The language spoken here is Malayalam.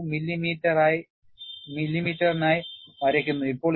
2 മില്ലിമീറ്ററിനായി വരയ്ക്കുന്നു